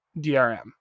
DRM